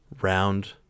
round